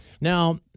Now